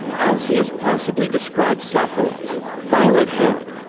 alcaeus possibly describes sappho as violet-haired,